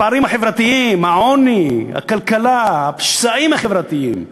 הפערים החברתיים, העוני, הכלכלה, השסעים החברתיים.